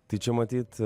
tai čia matyt